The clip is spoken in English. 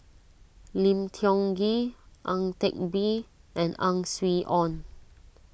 Lim Tiong Ghee Ang Teck Bee and Ang Swee Aun